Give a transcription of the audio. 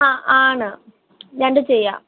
ആ ആണ് രണ്ടും ചെയ്യാം